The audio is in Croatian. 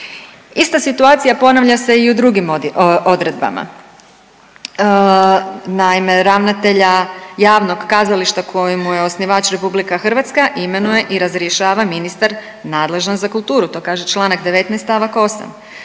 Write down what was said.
Ista situacija ponavlja se i u drugim odredbama. Naime, ravnatelja javnog kazališta kojemu je osnivač RH imenuje i razrješava ministar nadležan za kulturu, to kaže čl. 19. st. 8.,